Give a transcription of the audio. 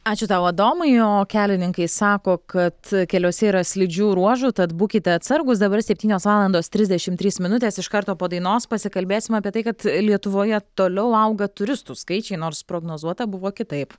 ačiū tau adomui o kelininkai sako kad keliuose yra slidžių ruožų tad būkite atsargūs dabar septynios valandos trisdešimt trys minutės iš karto po dainos pasikalbėsim apie tai kad lietuvoje toliau auga turistų skaičiai nors prognozuota buvo kitaip